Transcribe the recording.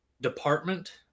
department